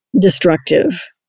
destructive